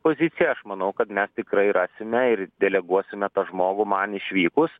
pozicija aš manau kad mes tikrai rasime ir deleguosime tą žmogų man išvykus